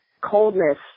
coldness